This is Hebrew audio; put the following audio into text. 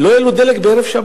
לא העלו את מחיר הדלק בערב שבת.